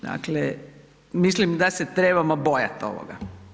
Dakle, mislim da se trebamo bojati ovoga.